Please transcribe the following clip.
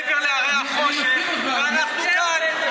מעבר להרי החושך, ואנחנו כאן.